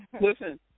Listen